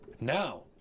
Now